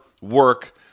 work